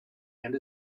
and